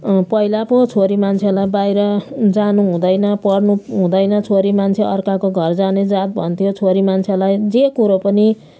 पहिला पो छोरी मान्छेलाई बाहिर जानुहुँदैन पढ्नु हुँदैन छोरी मान्छे अर्काको घर जाने जात भन्थ्यो छोरी मान्छेलाई जे कुरो पनि